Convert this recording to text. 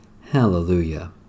Hallelujah